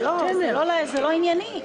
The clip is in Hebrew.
זה לא ענייני.